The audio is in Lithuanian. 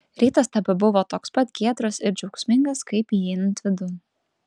rytas tebebuvo toks pat giedras ir džiaugsmingas kaip įeinant vidun